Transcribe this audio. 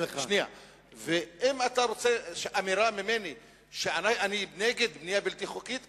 אם אתה רוצה אמירה ממני שאני נגד בנייה בלתי חוקית,